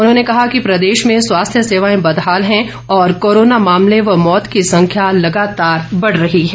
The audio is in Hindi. उन्होंने कहा कि प्रदेश में स्वास्थ्य सेवाएं बदहाल हैं और कोरोना मामले व मौत की संख्या लगातार बढ़ रही है